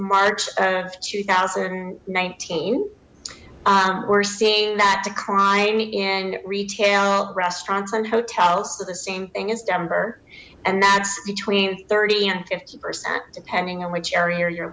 march of two thousand and nineteen we're seeing that to crime in retail restaurants and hotels so the same thing as denver and that's between thirty and fifty percent depending on which area you're